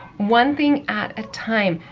one thing at a time.